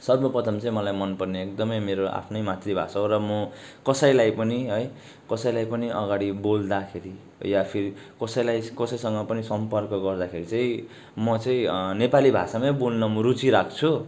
सर्वप्रथम चाहिँ मलाई मनपर्ने एकदमै मेरो आफ्नै मातृभाषा हो र म कसैलाई पनि है कसैलाई पनि अगाडि बेल्दाखेरि या फिर कसैलाई कसैसँग पनि सम्पर्क गर्दाखेरि चाहिँ म चाहिँ नेपाली भाषामै बोल्न म रुचि राख्छु